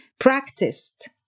practiced